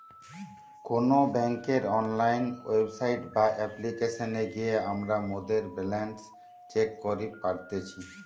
কোনো বেংকের online website বা অপ্লিকেশনে গিয়ে আমরা মোদের ব্যালান্স চেক করি পারতেছি